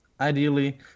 ideally